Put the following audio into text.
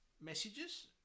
messages